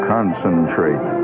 Concentrate